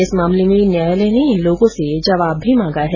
इस मामले में न्यायालय ने इन लोगों से जवाब मांगा है